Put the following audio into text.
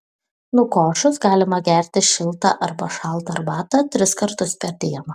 nukošus galima gerti šiltą arba šaltą arbatą tris kartus per dieną